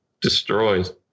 destroys